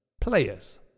Players